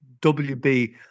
wb